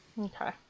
okay